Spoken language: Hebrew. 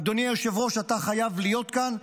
אדוני היושב-ראש, אתה חייב להיות כאן,